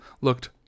looked